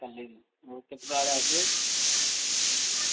କାଲି ହଉ କେତେଟା ବେଳେ ଆସିବେ